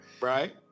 Right